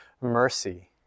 mercy